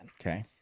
okay